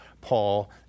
Paul